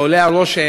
כי עולה הרושם